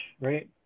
right